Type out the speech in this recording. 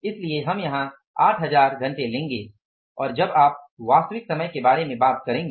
इसलिए हम यहां 8000 घंटे लेंगे और जब आप वास्तविक समय के बारे में बात करेंगे